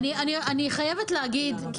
אני חייבת להגיד,